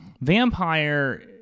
vampire